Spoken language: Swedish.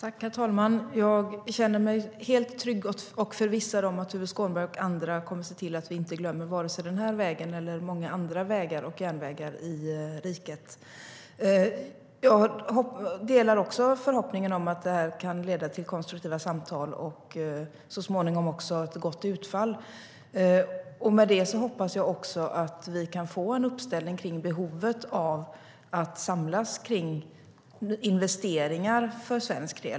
Herr talman! Jag känner mig helt trygg med och förvissad om att Tuve Skånberg och andra kommer att se till att vi inte glömmer vare sig den här vägen eller många andra vägar och järnvägar i riket. Jag delar förhoppningen om att detta kan leda till konstruktiva samtal och så småningom också till gott utfall. Med det hoppas jag också att vi kan få en uppställning för behovet av att samlas kring investeringar för svensk del.